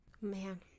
Man